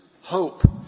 hope